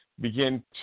begin